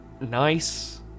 nice